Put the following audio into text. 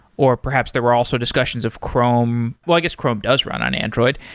or perhaps there were also discussions of chrome. well, i guess chrome does run on android.